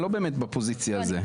לא באמת בפוזיציה הזאת,